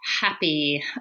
happy